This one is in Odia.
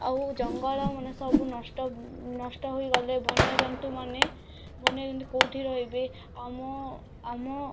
ଆଉ ଜଙ୍ଗଲମାନେ ସବୁ ନଷ୍ଟ ନଷ୍ଟ ହୋଇ ଗଲେ ବନ୍ୟଜନ୍ତୁମାନେ ବନ୍ୟଜନ୍ତୁ କେଉଁଠି ରହିବେ ଆମ ଆମ